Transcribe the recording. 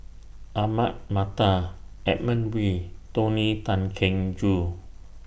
Ahmad Mattar Edmund Wee Tony Tan Keng Joo